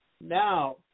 now